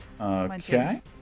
Okay